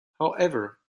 however